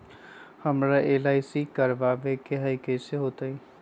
हमरा एल.आई.सी करवावे के हई कैसे होतई?